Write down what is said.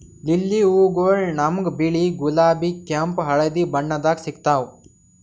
lily ಹೂವಗೊಳ್ ನಮ್ಗ್ ಬಿಳಿ, ಗುಲಾಬಿ, ಕೆಂಪ್, ಹಳದಿ ಬಣ್ಣದಾಗ್ ಸಿಗ್ತಾವ್